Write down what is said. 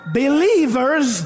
believers